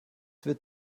wird